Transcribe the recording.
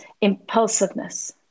impulsiveness